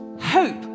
hope